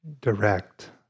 direct